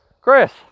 Chris